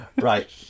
right